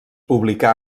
publicà